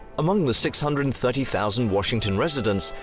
among the six hundred and thirty thousand washington residents,